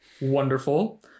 wonderful